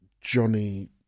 Johnny